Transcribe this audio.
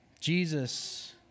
Jesus